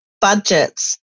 budgets